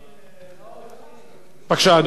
בבקשה,